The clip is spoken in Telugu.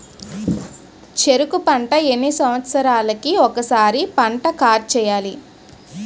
చెరుకు పంట ఎన్ని సంవత్సరాలకి ఒక్కసారి పంట కార్డ్ చెయ్యాలి?